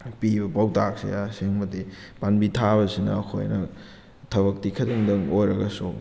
ꯄꯤꯕ ꯄꯧꯇꯥꯛꯁꯦ ꯑꯁꯦꯡꯕꯗꯤ ꯄꯥꯝꯕꯤ ꯊꯥꯕꯁꯤꯅ ꯑꯩꯈꯣꯏꯅ ꯊꯕꯛꯇꯤ ꯈꯤꯇꯪꯗꯪ ꯑꯣꯏꯔꯒꯁꯨ